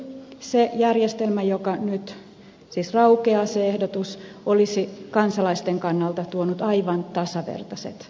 se järjestelmä joka nyt siis raukeaa se ehdotus olisi kansalaisten kannalta tuonut aivan tasavertaiset mahdollisuudet